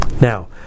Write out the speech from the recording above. Now